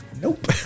Nope